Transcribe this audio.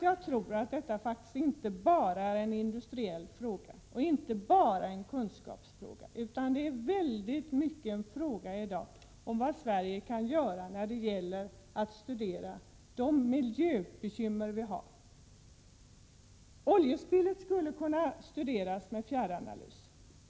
Jag tror inte detta bara är en industriell fråga eller en kunskapsfråga utan också väldigt mycket en fråga om vad Sverige kan göra när det gäller att studera de miljöbekymmer som vi har. Oljespillet skulle kunna studeras med fjärranalys.